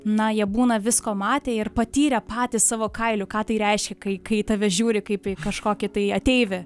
na jie būna visko matę ir patyrę patys savo kailiu ką tai reiškia kai kai į tave žiūri kaip į kažkokį tai ateivį